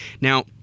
Now